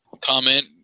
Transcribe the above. comment